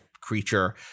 creature